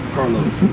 Carlos